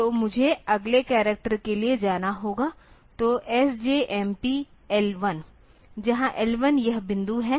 तो मुझे अगले करैक्टर के लिए जाना होगा तो SJMP L1 जहां L1 यह बिंदु है